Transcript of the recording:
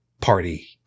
Party